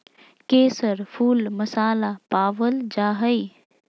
केसर फुल मसाला पावल जा हइ